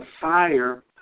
fire